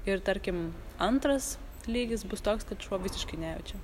ir tarkim antras lygis bus toks kad šuo visiškai nejaučia